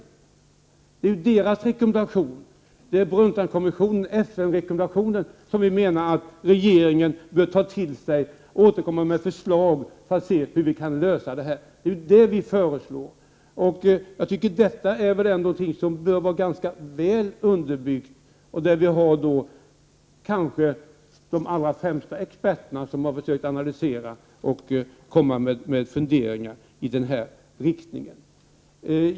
Det är ju deras rekommendation. Det är ju Brundtlandkommissionens rekommendation, FN-rekommendationen, som vi menar att regeringen bör ta till sig för att sedan komma med förslag till lösningar av dessa problem. Det är det vi föreslår. Jag tycker att detta är ganska väl underbyggt. De kanske allra främsta experterna har ju försökt analysera situationen och presenterat funderingar i den här riktningen.